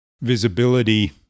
visibility